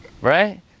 right